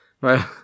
Right